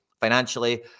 financially